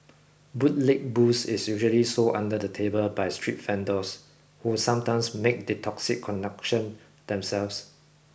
bootleg booze is usually sold under the table by street vendors who sometimes make the toxic conduction themselves